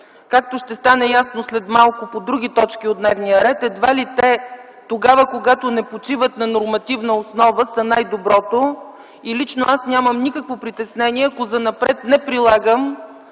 както ще стане ясно след малко по други точки от дневния ред, едва ли те, когато не почиват на нормативна основа, са най-доброто и лично аз нямам никакво притеснение, ако занапред не прилагам